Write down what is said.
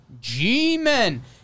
G-Men